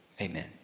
amen